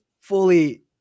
fully